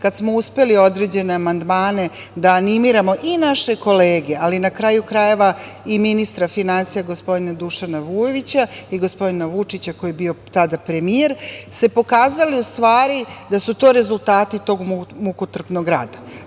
kada smo uspeli određene amandmane, da animiramo i naše kolege, ali na kraju krajeva i ministra finansija gospodina Dušana Vujovića i gospodina Vučića, koji je bio tada premijer, pokazalo se u stvari da su to rezultati tog mukotrpnog